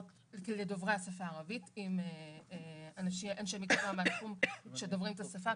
לדוברי השפה הערבית עם אנשי מקצוע מהתחום שדוברים את השפה,